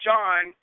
John